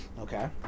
Okay